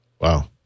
Wow